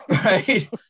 Right